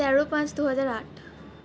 তেরো পাঁচ দুহাজার আট